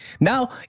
Now